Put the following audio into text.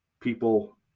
people